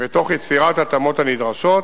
ותוך יצירת ההתאמות הנדרשות,